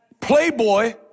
Playboy